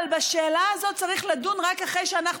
אבל בשאלה הזאת צריך לדון רק אחרי שאנחנו